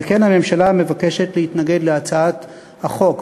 על כן הממשלה מבקשת להתנגד להצעת החוק.